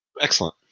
Excellent